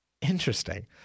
Interesting